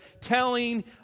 telling